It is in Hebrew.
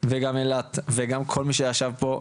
וגם אילת וגם כל מי שיש פה,